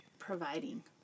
providing